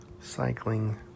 Cycling